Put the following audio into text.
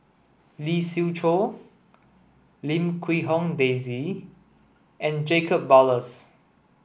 Lee Siew Choh Lim Quee Hong Daisy and Jacob Ballas